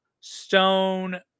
stone